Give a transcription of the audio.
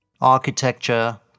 architecture